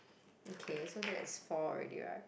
okay so that is four already right